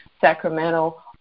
Sacramento